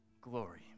glory